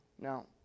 Now